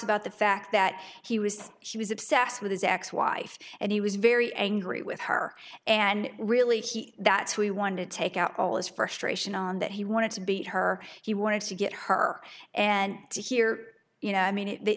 about the fact that he was she was obsessed with his ex wife and he was very angry with her and really he that we want to take out all as frustration and that he wanted to beat her he wanted to get her and to hear you know i mean